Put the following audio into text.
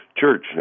church